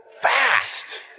fast